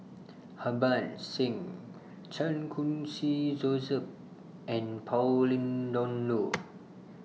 Harbans Singh Chan Khun Sing Joseph and Pauline Dawn Loh